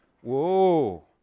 Whoa